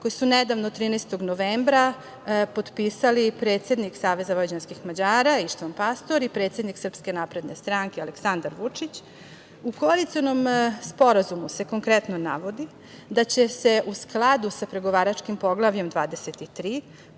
koji su nedavno, 13. novembra, potpisali predsednik Saveza vojvođanskih Mađara, Ištvan Pastor, i predsednik SNS, Aleksandar Vučić.U Koalicionom sporazumu se konkretno navodi da će se u skladu sa pregovaračkim Poglavljem 23,